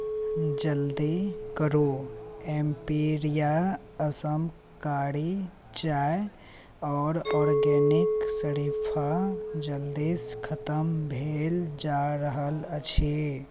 जल्दी करु एम्पिरिया असम कारी चाय आओर औरगैनिक शरीफा जल्दीसँ खतम भेल जा रहल अछि